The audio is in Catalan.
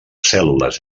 cèl·lules